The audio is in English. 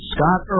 Scott